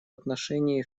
отношении